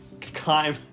climb